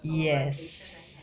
yes